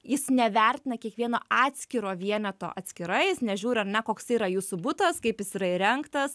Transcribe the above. jis nevertina kiekvieno atskiro vieneto atskirai jis nežiūri ar ne koksai yra jūsų butas kaip jis yra įrengtas